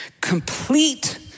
Complete